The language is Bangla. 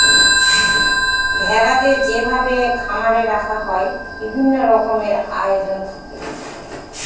ভেড়াদের যেভাবে খামারে রাখা হয় বিভিন্ন রকমের আয়োজন থাকে